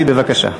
בהצלחה.